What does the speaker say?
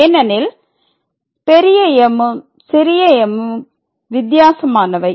ஏனெனில் M ம் m ம் வித்தியாசமானவை